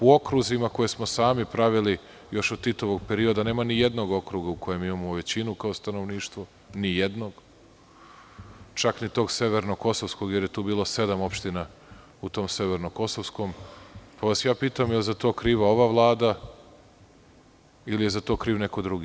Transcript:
U okruzima, koje smo sami pravili još od Titovog perioda, nema ni jednog okruga u kojem imamo većinu kao stanovništvo, čak ni tog Severno-kosovskog, jer je tu bilo sedam opština, u tom Severno-kosovskom, pa vas pitam da li je za to kriva ova vlada ili je za to kriv neko drugi?